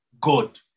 God